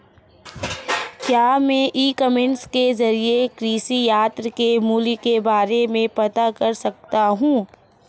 क्या मैं e commerce के ज़रिए कृषि यंत्र के मूल्य के बारे में पता कर सकता हूँ?